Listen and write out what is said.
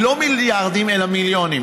היא לא מיליארדים אלא מיליונים,